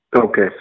Okay